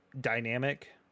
Dynamic